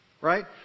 right